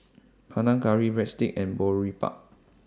Panang Curry Breadsticks and Boribap